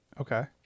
Okay